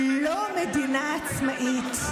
היא לא מדינה עצמאית,